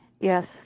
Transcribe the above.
Yes